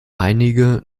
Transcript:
einige